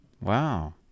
Wow